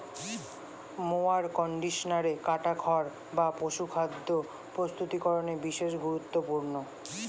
mower কন্ডিশনারে কাটা খড় বা পশুখাদ্য প্রস্তুতিকরনে বিশেষ গুরুত্বপূর্ণ